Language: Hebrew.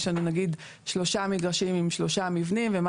יש לנו נגיד שלושה מגרשים עם שלושה מבנים ומה